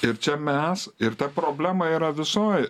ir čia mes ir ta problema yra visoj